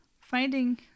finding